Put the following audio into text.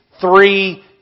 three